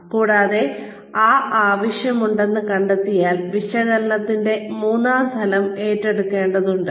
കൂടാതെ ആ ആവശ്യം ഉണ്ടെന്ന് കണ്ടെത്തിയാൽ വിശകലനത്തിന്റെ മൂന്നാം തലം ഏറ്റെടുക്കേണ്ടതുണ്ട്